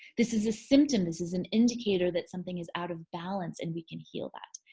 this is a symptom. this is an indicator that something is out of balance and we can heal that.